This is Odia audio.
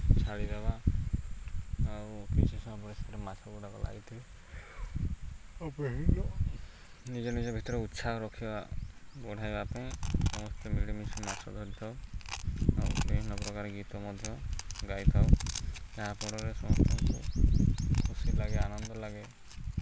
ଛାଡ଼ିଦେବା ଆଉ କିଛି ସମୟରେ ସେଥିରେ ମାଛ ଗୁଡ଼ାକ ଲାଗିଥାଏ ଆ ନିଜ ନିଜ ଭିତରେ ଉତ୍ସାହ ରଖିବା ବଢ଼ାଇବା ପାଇଁ ସମସ୍ତେ ମିଳିମିଶି ମାଛ ଧରିଥାଉ ଆଉ ବିଭିନ୍ନ ପ୍ରକାର ଗୀତ ମଧ୍ୟ ଗାଇଥାଉ ଯାହାଫଳରେ ସମସ୍ତଙ୍କୁ ଖୁସି ଲାଗେ ଆନନ୍ଦ ଲାଗେ